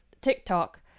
TikTok